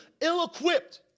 ill-equipped